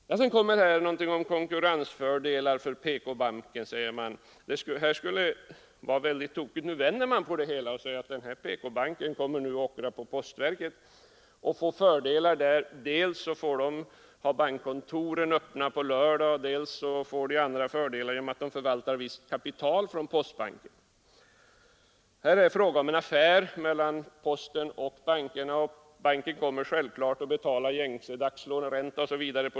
Sedan säger man här någonting om konkurrensfördelar för PK-banken. Men man vänder på det hela och säger att PK-banken kommer att ockra på postverket och få fördelar. Dels får den ha bankkontoren öppna på lördagar, dels får den andra fördelar genom att den förvaltar visst kapital från postbanken. Här är det fråga om en affär mellan posten och banken, och banken kommer självfallet att betala gängse dagslåneränta osv.